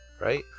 Right